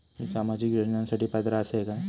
मी सामाजिक योजनांसाठी पात्र असय काय?